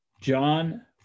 John